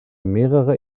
mehrere